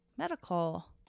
medical